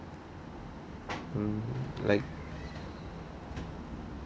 hmm like